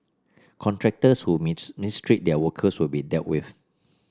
contractors who mistreat their workers will be dealt with